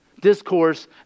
discourse